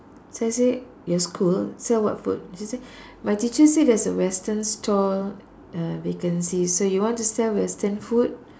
so I say yes could sell what food she said my teacher say there's a Western stall uh vacancy so you want to sell Western food